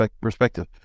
perspective